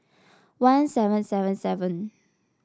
one seven seven seven